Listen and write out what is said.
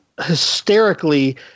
hysterically